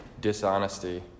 dishonesty